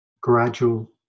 gradual